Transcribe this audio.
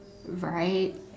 right